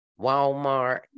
Walmart